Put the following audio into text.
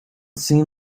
seem